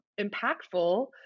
impactful